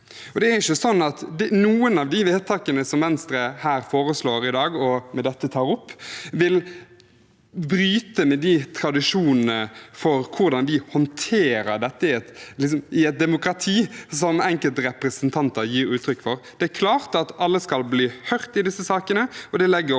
noen av de vedtakene som Venstre foreslår her i dag, og med dette tar opp, vil bryte med tradisjonene for hvordan vi håndterer dette i et demokrati, slik enkelte representanter gir uttrykk for. Det er klart at alle skal bli hørt i disse sakene,